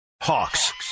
Hawks